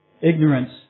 ignorance